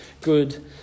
good